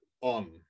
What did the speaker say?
on